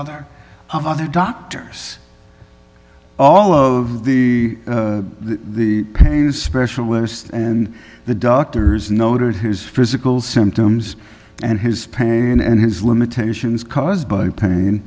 other doctors all of the the pain specialist and the doctors noted his physical symptoms and his pain and his limitations caused by pain